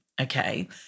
Okay